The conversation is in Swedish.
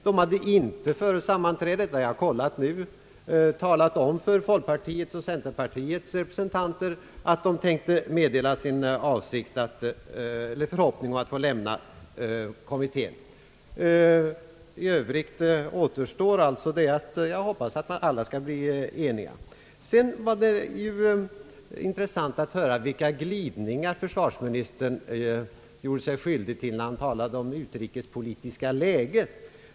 De hade inte heller före sammanträdet — detta har jag kollat upp med folkpartiets och centerpartiets representanter — underrättat dessa om att de avsåg att meddela sin förhoppning om att de skulle få lämna kommittén. I övrigt återstår alltså det faktum, att jag hoppas att alla inom försvarsutredningen företrädda partier skall bli eniga på denna punkt. Vidare var det intressant att höra vilka glidningar försvarsministern gjorde sig skyldig till när han talade om det utrikespolitiska läget.